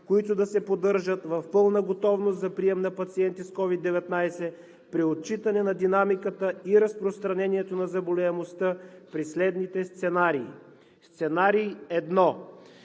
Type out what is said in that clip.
които да се поддържат в пълна готовност за прием на пациенти с COVID-19 при отчитане на динамиката и разпространението на заболяемостта при следните сценарии: Сценарий 1: